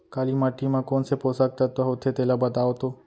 काली माटी म कोन से पोसक तत्व होथे तेला बताओ तो?